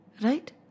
Right